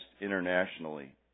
internationally